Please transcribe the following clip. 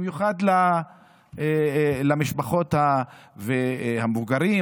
במיוחד למשפחות המבוגרים,